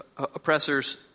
oppressors